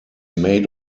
made